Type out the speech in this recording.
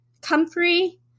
comfrey